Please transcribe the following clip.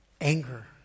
anger